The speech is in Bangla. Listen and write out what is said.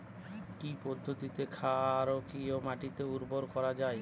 কি পদ্ধতিতে ক্ষারকীয় মাটিকে উর্বর করা যাবে?